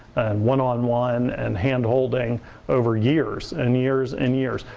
one on one and hand holding over years. and years and years.